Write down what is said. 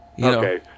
Okay